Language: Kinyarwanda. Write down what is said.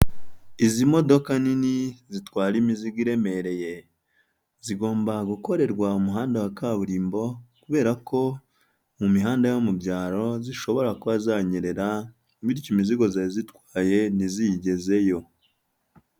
Izi modoka nini zitwara imizigo iremereye zigomba gukorerwa umuhanda wa kaburimbo, kubera ko mu mihanda yo mu byaro zishobora kuba zanyerera bityo imizigo zari zitwaye ntizigezeyo.